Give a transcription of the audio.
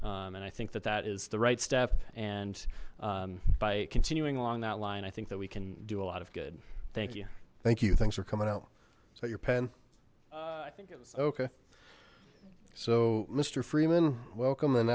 use and i think that that is the right step and by continuing along that line i think that we can do a lot of good thank you thank you thanks for coming out so your pen okay so mister freeman welcome and